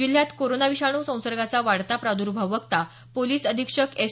जिल्ह्यात कोरोना विषाणू संसर्गाचा वाढता प्रादुर्भाव बघता पोलीस अधीक्षक एस